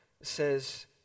says